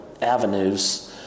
avenues